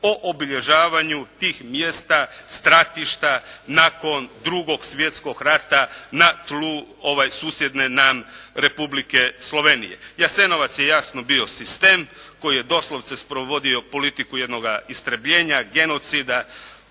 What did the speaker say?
o obilježavanju tih mjesta, stratišta nakon Drugog svjetskog rata na tlu susjedne nam Republike Slovenije. Jasenovac je jasno bio sistem koji je doslovce sprovodio politiku jednoga istrebljenja, genocida